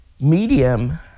Medium